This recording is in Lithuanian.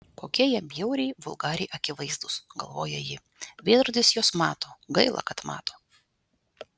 kokie jie bjauriai vulgariai akivaizdūs galvoja ji veidrodis juos mato gaila kad mato